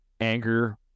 Anger